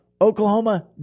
Oklahoma